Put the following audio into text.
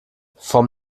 vom